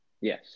Yes